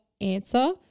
answer